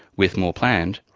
with more planned,